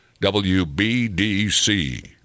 WBDC